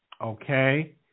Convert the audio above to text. okay